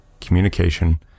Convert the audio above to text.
communication